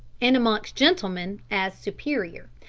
and amongst gentlemen as superior.